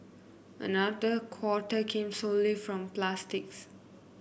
another quarter came solely from plastics